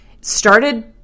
started